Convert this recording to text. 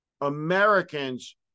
Americans